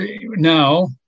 now